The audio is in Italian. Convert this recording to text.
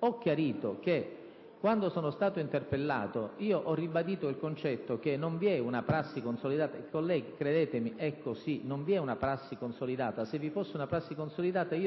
Ho chiarito che, quando sono stato interpellato, ho ribadito il concetto che non vi è una prassi consolidata. Colleghi, credetemi, è così: non vi è una prassi consolidata. Se vi fosse una prassi consolidata, io